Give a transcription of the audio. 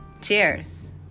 Cheers